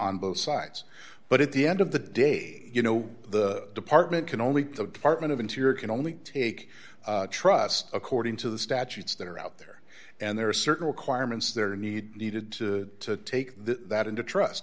on both sides but at the end of the day you know the department can only put the department of interior can only take trust according to the statutes that are out there and there are certain requirements there are need needed to take that into trust